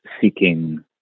seeking